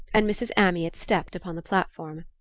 and mrs. amyot stepped upon the platform.